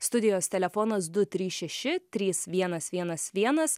studijos telefonas du trys šeši trys vienas vienas vienas